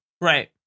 Right